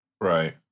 Right